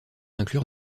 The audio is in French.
inclure